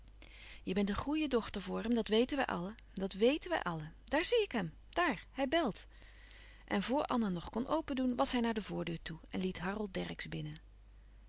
je bent een goeie dochter voor hem dat weten wij allen dat weten wij allen daar zie ik hem daar hij belt en voor anna nog kon opendoen was hij naar de voordeur toe en liet harold dercksz binnen